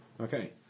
Okay